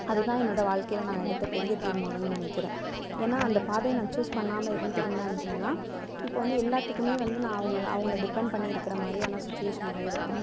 அது தான் என்னோடய வாழ்க்கையில் நான் எடுத்த பெரிய தீர்மானம்னு நினைக்கிறேன் ஏன்னா அந்த பாதையை நான் ச்சூஸ் பண்ணாமல் இருந்திருந்தேன் அப்படினா இப்போ வந்து எல்லாத்துக்குமே வந்து நான் அவங்க அவங்கள டிப்பெண்ட் பண்ணி இருக்கிற மாதிரியான சுச்சிவேஷன் ஆகியிருக்கும்